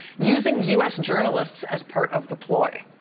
using u s. journalists as part of the ploy.